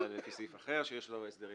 אלא לפי סעיף אחר שיש לו ---.